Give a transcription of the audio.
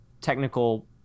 technical